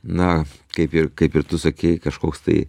na kaip ir kaip ir tu sakei kažkoks tai